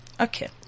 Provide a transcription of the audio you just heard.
Okay